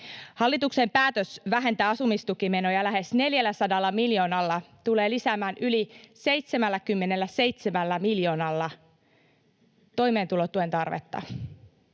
Hallituksen päätös vähentää asumistukimenoja lähes 400 miljoonalla tulee lisäämään yli 77 miljoonalla toimeentulotuen tarvetta.